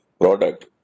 product